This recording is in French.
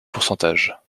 pourcentages